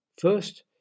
First